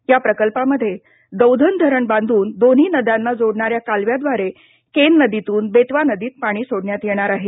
या प्रकल्पामध्ये दौधन धरण बांधून दोन्ही नद्यांना जोडणाऱ्या कालव्याद्वारे केन नदीतून बेतवा नदीत पाणी सोडण्यात येणार आहे